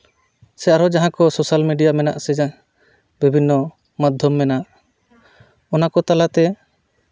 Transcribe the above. ᱥᱮ ᱟᱨᱚ ᱡᱟᱦᱟᱸ ᱠᱚ ᱥᱳᱥᱟᱞ ᱢᱤᱰᱤᱭᱟ ᱢᱮᱱᱟᱜ ᱟᱥᱮ ᱵᱤᱵᱷᱤᱱᱱᱚ ᱢᱟᱫᱽᱫᱷᱚᱢ ᱢᱮᱱᱟᱜᱼᱟ ᱚᱱᱟᱠᱚ ᱛᱟᱞᱟᱛᱮ